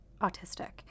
autistic